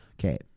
Okay